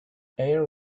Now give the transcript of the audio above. air